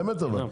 באמת, ברצינות.